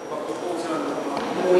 לא,